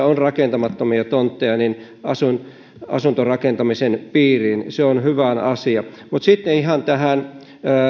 on rakentamattomia tontteja niitä asuntorakentamisen piirin se on hyvä asia mutta sitten ihan tähän